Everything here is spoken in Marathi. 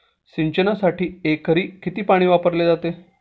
सिंचनासाठी एकरी किती पाणी वापरले जाते?